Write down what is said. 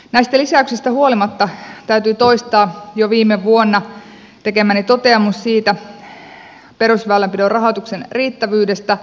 näistä lisäyksistä huolimatta täytyy toistaa jo viime vuonna tekemäni toteamus perusväylänpidon rahoituksen riittävyydestä